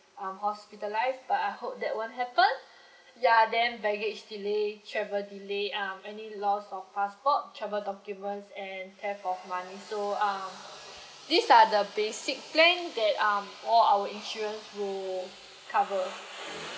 um hospitalised but I hope that won't happen ya then baggage delay travel delay um any loss of passport travel documents and theft of money so uh these are the basic plan that um all our insurance will cover